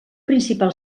principal